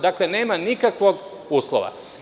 Dakle, nema nikakvog uslova.